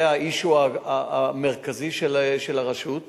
זה ה-issue המרכזי של הרשות,